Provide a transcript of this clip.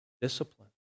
Discipline